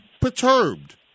perturbed